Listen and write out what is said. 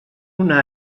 una